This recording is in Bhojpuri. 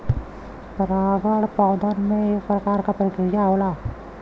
परागन पौधन में एक प्रकार क प्रक्रिया होला